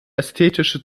ästhetische